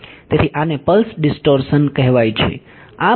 તેથી આને pulse distortion કહેવાય છે